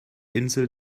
insel